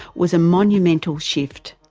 was a monumental shift.